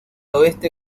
oeste